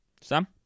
Sam